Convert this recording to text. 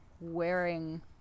wearing